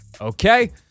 Okay